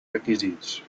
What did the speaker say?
requisits